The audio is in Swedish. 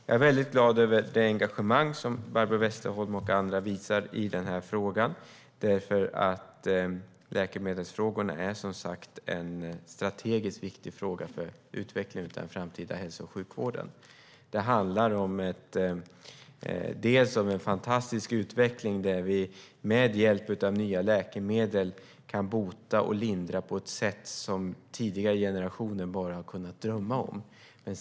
Jag är väldigt glad över det engagemang som Barbro Westerholm och andra visar i den här frågan, för läkemedelsfrågan är som sagt en strategiskt viktig fråga för utvecklingen av den framtida hälso och sjukvården. Det handlar om en fantastisk utveckling där vi med hjälp av nya läkemedel kan bota och lindra på ett sätt som tidigare generationer bara har kunnat drömma om.